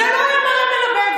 זה לא היה מראה מלבב,